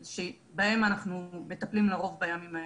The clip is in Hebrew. שבהם אנחנו מטפלים לרוב בימים האלה.